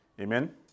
amen